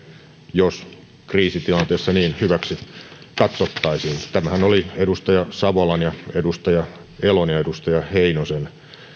jos kriisitilanteessa niin hyväksi katsottaisiin tämähän oli edustaja savolan edustaja elon ja edustaja heinosen